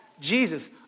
Jesus